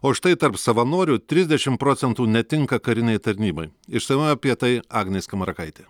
o štai tarp savanorių trisdešim procentų netinka karinei tarnybai išsamiau apie tai agnė skamarakaitė